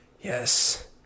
Yes